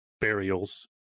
burials